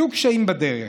יהיו קשיים בדרך,